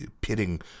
pitting